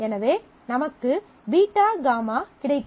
எனவே நமக்கு βγ கிடைக்கிறது